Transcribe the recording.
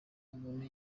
umuntu